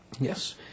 Yes